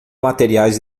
materiais